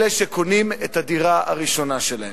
אלה שקונים את הדירה הראשונה שלהם.